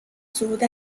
صعود